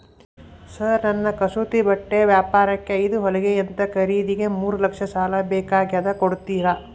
Sir ನನ್ನ ಕಸೂತಿ ಬಟ್ಟೆ ವ್ಯಾಪಾರಕ್ಕೆ ಐದು ಹೊಲಿಗೆ ಯಂತ್ರ ಖರೇದಿಗೆ ಮೂರು ಲಕ್ಷ ಸಾಲ ಬೇಕಾಗ್ಯದ ಕೊಡುತ್ತೇರಾ?